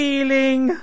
Feeling